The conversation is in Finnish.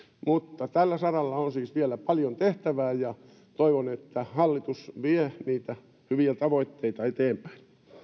mutta tällä saralla on siis vielä paljon tehtävää ja toivon että hallitus vie niitä hyviä tavoitteita eteenpäin